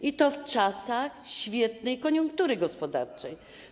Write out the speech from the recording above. I to w czasach świetnej koniunktury gospodarczej.